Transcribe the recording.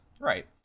Right